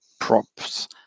Props